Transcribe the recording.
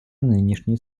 нынешней